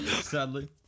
Sadly